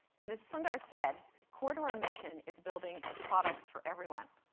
and as sundar said, core to our mission is building products for everyone,